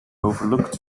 overlooked